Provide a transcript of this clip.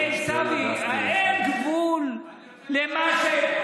אין גבול למה,